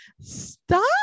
stop